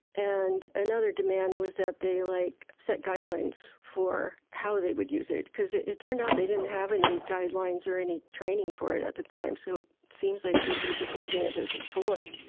and another demand was that they like set guidelines for how they would use it. because it it turned out they didn't have any guidelines or any training for it at the time. so it seems like people were just using it as a toy.